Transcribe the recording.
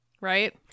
Right